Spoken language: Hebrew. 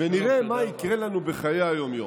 ונראה מה יקרה לנו בחיי היום-יום.